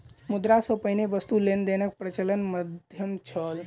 मुद्रा सॅ पहिने वस्तु लेन देनक प्रचलित माध्यम छल